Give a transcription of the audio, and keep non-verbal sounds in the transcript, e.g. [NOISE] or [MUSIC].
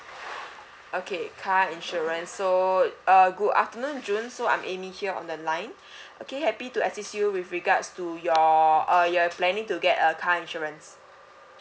okay car insurance so uh good afternoon june so I'm amy here on the line [BREATH] okay happy to assist you with regards to your uh you are planning to get a car insurance